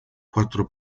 quattro